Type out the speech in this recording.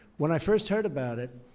when i first heard about it,